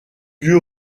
lieu